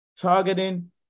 targeting